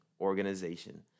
organization